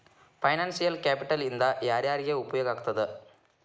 Financial capital ಇಂದಾ ಯಾರ್ಯಾರಿಗೆ ಉಪಯೊಗಾಗ್ತದ?